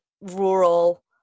rural